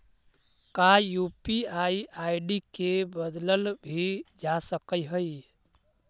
का UPI ID के बदलल भी जा सकऽ हई?